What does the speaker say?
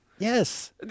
Yes